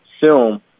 film